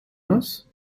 noce